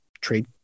trade